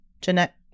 Jeanette